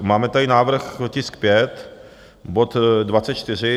Máme tady návrh tisk 5 bod 24.